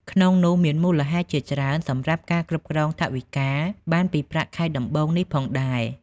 ក្នុងនោះ មានមូលហេតុជាច្រើនសម្រាប់ការគ្រប់គ្រងថវិកាបានពីប្រាក់ខែដំបូងនេះផងដែរ ។